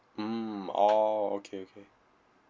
mm orh okay okay